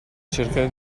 cercare